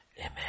Amen